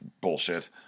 bullshit